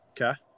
Okay